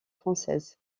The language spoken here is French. française